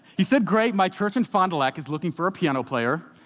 he said, great. my church in fond du lac is looking for a piano player.